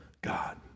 God